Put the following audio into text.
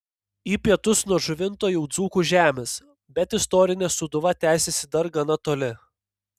į pietus nuo žuvinto jau dzūkų žemės bet istorinė sūduva tęsiasi dar gana toli